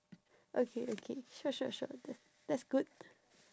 okay okay sure sure sure that that's good